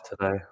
today